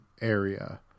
area